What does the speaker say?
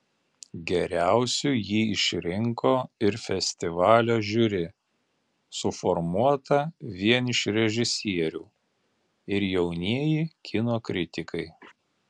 geriausiu jį išrinko ir festivalio žiuri suformuota vien iš režisierių ir jaunieji kino kritikai